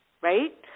right